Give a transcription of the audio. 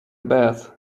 bath